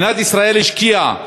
מדינת ישראל השקיעה